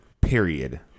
period